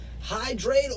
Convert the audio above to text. hydrate